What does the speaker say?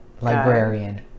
librarian